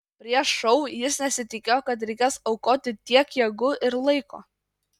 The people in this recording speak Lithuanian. prieš šou jis nesitikėjo kad reikės aukoti tiek jėgų ir laiko